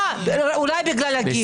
אולי בגלל הגיל.